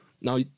Now